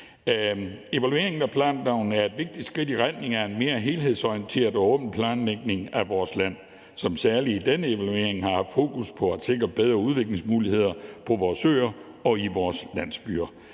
Evalueringen af planloven er et vigtigt skridt i retning af en mere helhedsorienteret og åben planlægning af vores land, som særlig i denne evaluering har haft fokus på at sikre bedre udviklingsmuligheder på vores øer og i vores landsbyer.